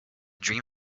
dream